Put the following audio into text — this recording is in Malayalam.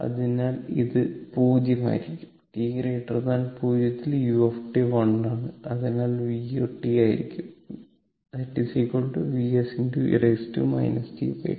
അതിനാൽ ഇത് 0 ആയിരിക്കും t 0 u 1 ആണ് അത് vt ആയിരിക്കും Vs e tτ